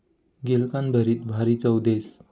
गिलकानं भरीत भारी चव देस